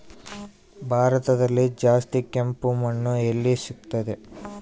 ಭಾರತದಲ್ಲಿ ಜಾಸ್ತಿ ಕೆಂಪು ಮಣ್ಣು ಎಲ್ಲಿ ಸಿಗುತ್ತದೆ?